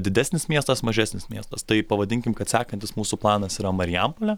didesnis miestas mažesnis miestas tai pavadinkime kad sekantis mūsų planas yra marijampolė